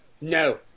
No